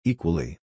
Equally